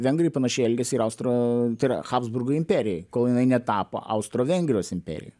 vengrai panašiai elgėsi ir austro ir habsburgų imperijoj kol jinai netapo austro vengrijos imperija